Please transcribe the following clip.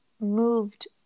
moved